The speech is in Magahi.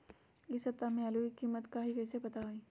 इ सप्ताह में आलू के कीमत का है कईसे पता होई?